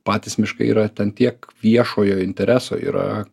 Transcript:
patys miškai yra ten tiek viešojo intereso yra